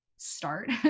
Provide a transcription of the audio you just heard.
start